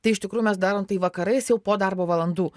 tai iš tikrųjų mes darom tai vakarais jau po darbo valandų